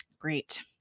great